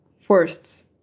first